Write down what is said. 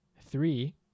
three